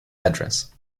address